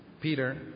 Peter